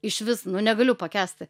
išvis nu negaliu pakęsti